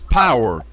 power